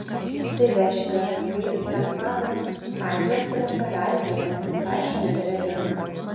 staiga šį garsą skleidusiam padarui aidu atsiliepė dar vienas visai šalia drezinos